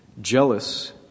Jealous